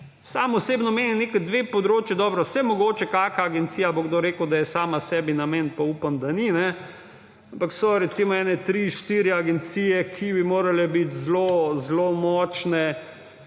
Sam osebno menim, neki dve področji, dobro, saj mogoče kakšna agencija, bo kdo rekel, da je sama sebi namen – pa upam, da ni –, ampak so recimo tri, štiri agencije, ki bi morale biti zelo zelo močne